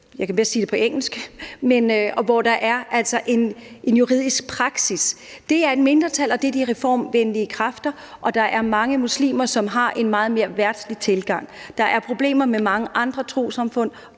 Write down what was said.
jeg kan bedst sige det på engelsk – altså hvor der er en juridisk praksis. Det er et mindretal, og det er de reformvenlige kræfter. Og der er mange muslimer, som har en meget mere verdslig tilgang. Der er problemer med mange andre trossamfund,